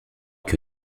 que